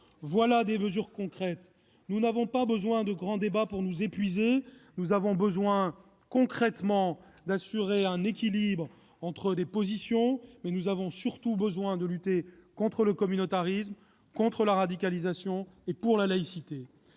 Voilà des mesures concrètes. Nous n'avons pas besoin de grands débats pour nous épuiser. Nous avons besoin, concrètement, d'assurer un équilibre entre des positions et, surtout, de lutter contre le communautarisme, contre la radicalisation et pour la laïcité.